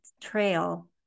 trail